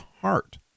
heart